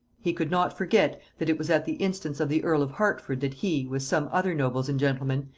he could not forget that it was at the instance of the earl of hertford that he, with some other nobles and gentlemen,